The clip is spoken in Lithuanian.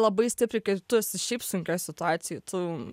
labai stipriai kai tu esi šiaip sunkioj situacijoj tu